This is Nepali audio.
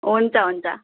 हुन्छ हुन्छ